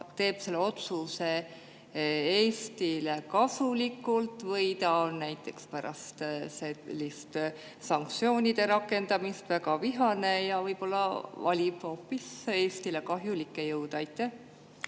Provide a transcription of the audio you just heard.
teeb otsuse Eestile kasulikult või ta on näiteks pärast selliste sanktsioonide rakendamist väga vihane ja võib-olla valib Eestile kahjulikke jõude? Aitäh,